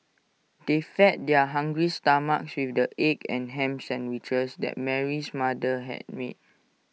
they fed their hungry stomachs with the egg and Ham Sandwiches that Mary's mother had made